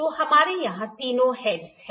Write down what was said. तो हमारे यहां तीनों हेडस हैं